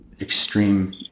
extreme